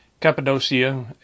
Cappadocia